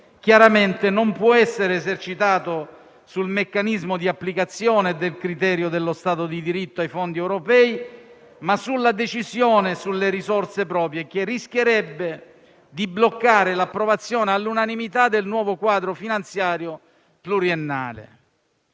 chiaramente non può essere esercitato sul meccanismo di applicazione del criterio dello Stato di diritto ai fondi europei, ma sulla decisione e sulle risorse proprie, che rischierebbe di bloccare l'approvazione all'unanimità del nuovo quadro finanziario pluriennale.